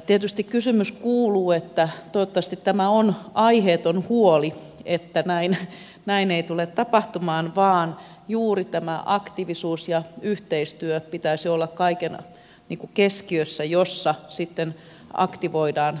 tietysti kysymys kuuluu että toivottavasti tämä on aiheeton huoli ja että näin ei tule tapahtumaan vaan juuri tämän aktiivisuuden ja yhteistyön pitäisi olla kaiken keskiössä jossa sitten niin aktivoidaan